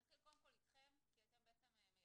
נתחיל איתכם כי אתם מייצגים,